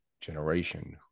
generation